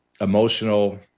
emotional